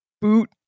boot